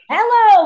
Hello